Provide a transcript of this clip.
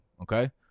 Okay